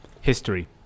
history